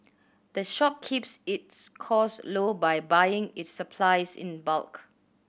the shop keeps its costs low by buying its supplies in bulk